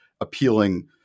appealing